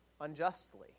unjustly